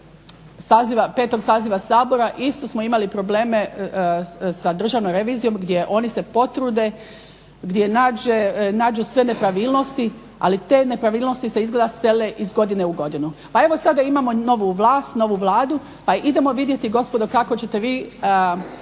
V. saziva Sabora, isto smo imali probleme s Državnom revizijom gdje oni se potrude, gdje nađu sve nepravilnosti, ali te nepravilnosti se izgleda sele iz godine u godinu. Pa evo sada imamo novu vlast, novu Vladu pa idemo vidjeti gospodo kako ćete vi